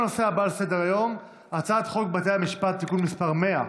ברשות יושב-ראש הישיבה, הינני מתכבדת להודיעכם,